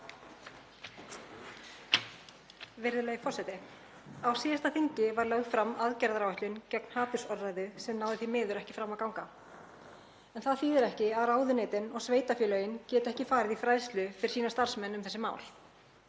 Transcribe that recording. Virðulegi forseti. Á síðasta þingi var lögð fram aðgerðaáætlun gegn hatursorðræðu sem náði því miður ekki fram að ganga en það þýðir ekki að ráðuneytin og sveitarfélögin geti ekki farið í fræðslu fyrir sína starfsmenn um þessi mál.